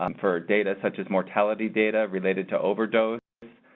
um for data such as mortality data related to overdose.